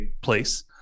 place